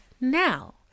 now